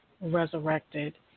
resurrected